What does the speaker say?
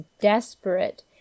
desperate